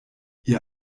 ihr